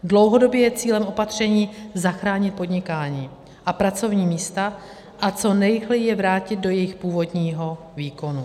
Dlouhodobě je cílem opatření zachránit podnikání a pracovní místa a co nejrychleji je vrátit do jejich původního výkonu.